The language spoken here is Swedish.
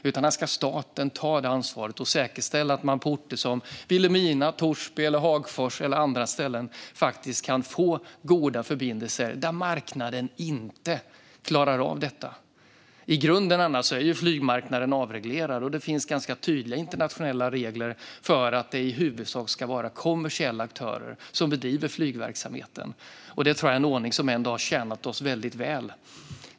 Staten ska ta det ansvaret och säkerställa att man kan få goda förbindelser på orter som Vilhelmina, Torsby, Hagfors och andra ställen där marknaden inte klarar av detta. Annars är ju flygmarknaden i grunden avreglerad, och det finns ganska tydliga internationella regler för att det i huvudsak ska vara kommersiella aktörer som bedriver flygverksamheten. Det tror jag är en ordning som tjänat oss väldigt väl.